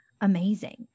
amazing